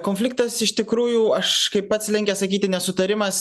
konfliktas iš tikrųjų aš kaip pats linkęs sakyti nesutarimas